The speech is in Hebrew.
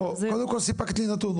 קודם כל סיפקת לי נתון,